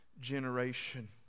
generation